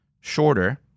Shorter